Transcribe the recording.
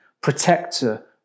protector